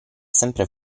sempre